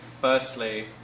firstly